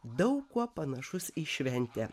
daug kuo panašus į šventę